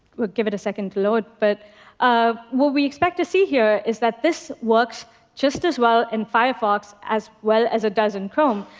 we'll give it a second to load. but um what we expect to see here is that this works just as well in firefox, as well as it does in chrome.